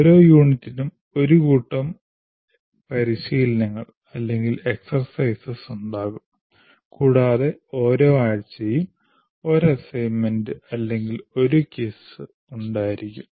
ഓരോ യൂണിറ്റിനും ഒരു കൂട്ടം പരിശീലനങ്ങൾ ഉണ്ടാകും കൂടാതെ ഓരോ ആഴ്ചയും ഒരു assignment അല്ലെങ്കിൽ ഒരു quiz ഉണ്ടായിരിക്കും